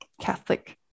Catholic